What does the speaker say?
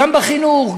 גם בחינוך,